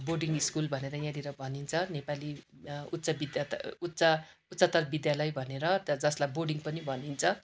boarding school भनेर यहाँनिर भनिन्छ नेपाली उच्चतर विद्यालय भनेर त जसलाई बोर्डिङ पनि भनिन्छ